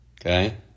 okay